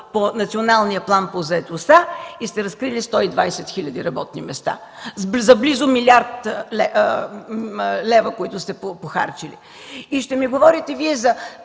по Националния план по заетостта и сте разкрили 120 хиляди работни места за близо милиард лева, които сте похарчили. Ще ми говорите Вие,